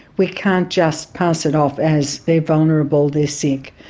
we can't just pass it off as they're vulnerable, they're sick,